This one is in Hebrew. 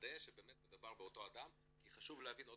לוודא שבאמת מדובר באותו אדם כי חשוב להגיד ועוד